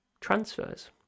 transfers